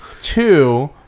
Two